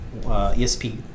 ESP